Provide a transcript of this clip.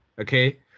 Okay